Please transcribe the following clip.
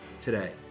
today